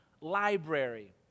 library